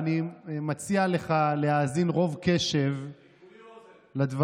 גם זה נכון.